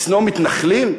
לשנוא מתנחלים?